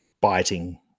biting